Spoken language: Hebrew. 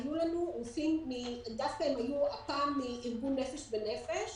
היו לנו רופאים מארגון "נפש בנפש".